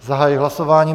Zahajuji hlasování.